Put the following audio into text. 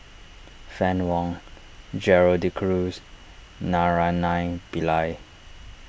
Fann Wong Gerald De Cruz Naraina Pillai